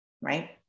right